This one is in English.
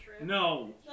no